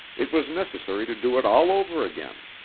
it was necessary to do it all over again.